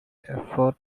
effort